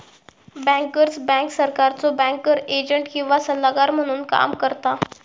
bankers bank सरकारचो banker agent किंवा सल्लागार म्हणून काम करता